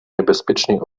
najbezpieczniej